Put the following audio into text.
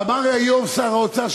ואמר היום שר האוצר,